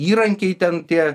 įrankiai ten tie